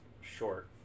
short